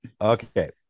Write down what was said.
Okay